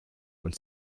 und